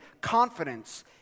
confidence